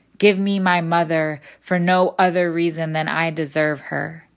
give me my mother for no other reason than i deserve her.